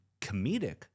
comedic